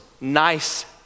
nice